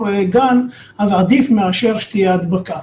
גן אז זה עדיף מאשר שתהיה הדבקה.